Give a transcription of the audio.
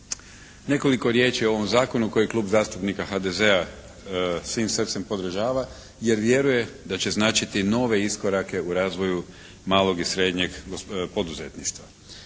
Nekoliko riječi o ovom zakonu kojeg Klub zastupnika HDZ-a svim srcem podržava jer vjeruje da će značiti nove iskorake u razvoju malog i srednjeg poduzetništva.